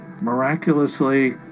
miraculously